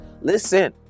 Listen